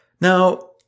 Now